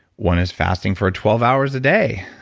one is fasting for twelve hours a day.